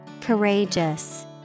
Courageous